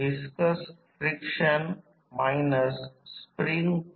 autotransformer साठी दोघांसाठी समान विंडिंग वापरत आहोत